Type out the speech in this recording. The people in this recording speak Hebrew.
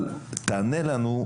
תענה לנו: